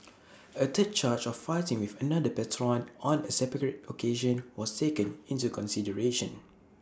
A third charge of fighting with another patron on A separate occasion was taken into consideration